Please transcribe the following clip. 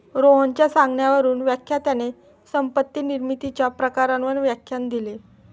रोहनच्या सांगण्यावरून व्याख्यात्याने संपत्ती निर्मितीच्या प्रकारांवर व्याख्यान दिले